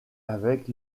avec